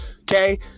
Okay